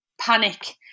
panic